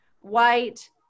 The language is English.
white